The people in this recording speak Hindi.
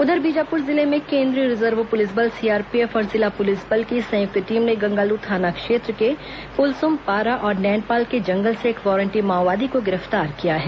उधर बीजापुर जिले में केन्द्रीय रिजर्व पुलिस बल सीआरपीएफ और जिला पुलिस बल की संयुक्त टीम ने गंगालूर थाना क्षेत्र के पुलसुमपारा और नैनपाल के जंगल एक वारंटी माओवादी को गिरफ्तार किया है